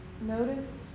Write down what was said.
notice